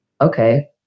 okay